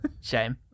Shame